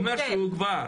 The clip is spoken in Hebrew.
אומר שהוא כבר